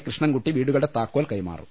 കൃഷ്ണൻകുട്ടി വീടുകളുടെ താക്കോൽ കൈമാറും